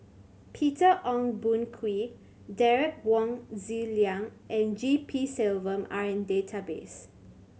Peter Ong Boon Kwee Derek Wong Zi Liang and G P Selvam are in database